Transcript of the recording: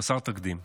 חסר תקדים.